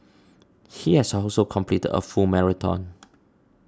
he has also completed a full marathon